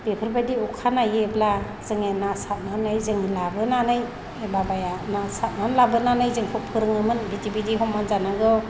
बेफोरबायदि अखा नायोब्ला जोङो ना सारनानै जों लाबोनानै एबा बाबाया ना सारनानै लाबोनानै जोंखौ फोरोङोमोन बिदि बिदि हमनानै जानांगौ